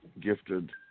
gifted